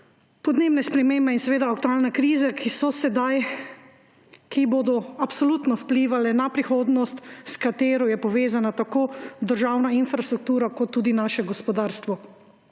podnebne spremembe in seveda aktualne krize, ki so sedaj, ki bodo absolutno vplivale na prihodnost, s katero je povezana tako državna infrastruktura kot tudi naše gospodarstvo.